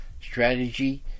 strategy